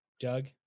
Doug